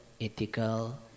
ethical